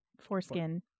foreskin